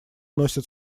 носят